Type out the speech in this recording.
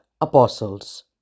apostles